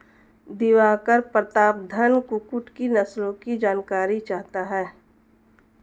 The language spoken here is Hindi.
दिवाकर प्रतापधन कुक्कुट की नस्लों की जानकारी चाहता है